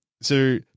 So-